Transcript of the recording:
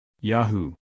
Yahoo